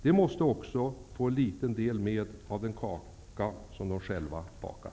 De måste också få en liten del med av den kaka som de själva bakat.